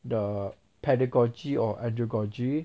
the pedagogy or andragogy